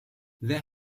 wer